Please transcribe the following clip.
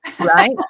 right